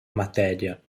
matéria